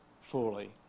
fully